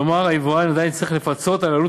כלומר היבואן עדיין צריך לפצות על עלות